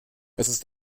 ist